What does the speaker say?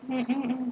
mm mm mm